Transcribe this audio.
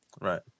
right